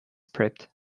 prepped